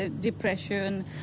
depression